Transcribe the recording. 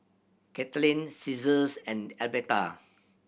Katlynn Caesar's and Elberta